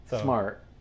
Smart